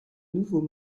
nouveaux